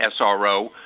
SRO